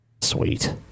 Sweet